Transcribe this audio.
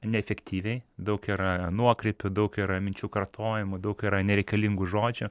neefektyviai daug yra nuokrypių daug yra minčių kartojamų daug yra nereikalingų žodžių